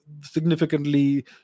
significantly